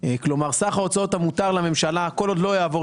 שסך ההוצאות המותר לממשלה כל עוד לא יעבור